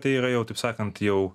tai yra jau taip sakant jau